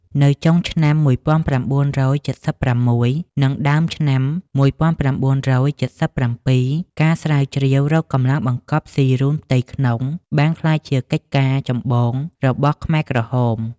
នៅចុងឆ្នាំ១៩៧៦និងដើមឆ្នាំ១៩៧៧ ការស្រាវជ្រាវរកម្លាំងបង្កប់ស៊ីរូនផ្ទៃក្នុងបានក្លាយជាកិច្ចការចម្បងរបស់ ខ្មែរក្រហម ។